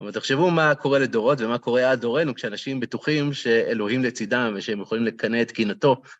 אבל תחשבו מה קורה לדורות ומה קורה עד דורנו, כשאנשים בטוחים שאלוהים לצדם ושהם יכולים לקנא את קינאתו.